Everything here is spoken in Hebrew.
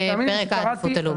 לפרק העדיפות הלאומית.